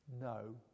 No